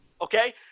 Okay